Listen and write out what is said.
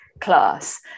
class